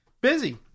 Busy